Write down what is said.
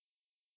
ya